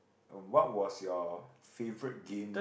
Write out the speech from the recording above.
wh~ what was your favourite game